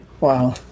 Wow